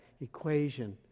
equation